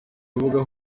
rubuga